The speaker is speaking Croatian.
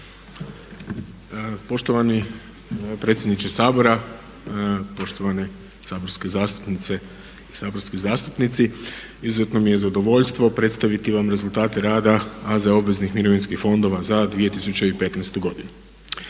Poštovani predsjedniče Sabora, poštovane saborske zastupnice i saborski zastupnici. Izuzetno mi je zadovoljstvo predstaviti vam rezultate rada AZ obveznih mirovinskih fondova za 2015. godinu.